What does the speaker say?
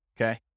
Okay